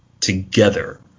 together